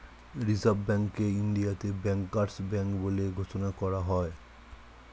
reserve ব্যাঙ্ককে ইন্ডিয়াতে bankers bank বলে ঘোষণা করা হয়